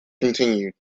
continued